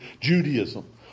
Judaism